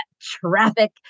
traffic